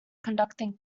conducting